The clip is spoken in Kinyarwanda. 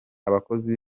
abakozi